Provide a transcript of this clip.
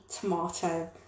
tomato